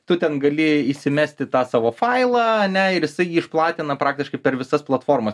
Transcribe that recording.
tu ten gali įsimesti tą savo failą ane ir jisai jį išplatina praktiškai per visas platformas